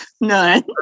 None